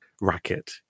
racket